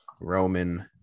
Roman